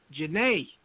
Janae